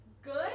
good